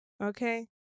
okay